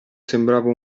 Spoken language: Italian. sembrava